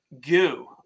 goo